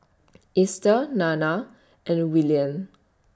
Easter Nana and Willian